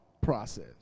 process